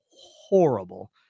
horrible